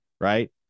right